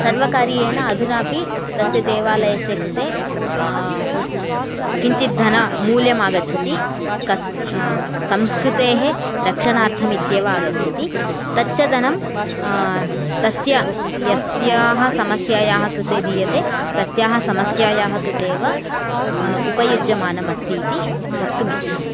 सर्वकार्येण अधुनापि तस्य देवालयस्य कृते किञ्चित् धन मूल्यम् आगच्छति कस् संस्कृतेः रक्षणार्थम् इत्येव आगच्छति तत् च धनं तस्य यस्याः समस्यायाः कृते दीयते तस्याः समस्यायाः कृते एव उपयुज्यमानम् अस्ति इति वक्तुम् इच्छामि